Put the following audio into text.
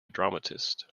dramatist